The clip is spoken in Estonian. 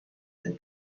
seal